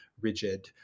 rigid